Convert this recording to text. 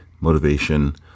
motivation